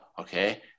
okay